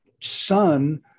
son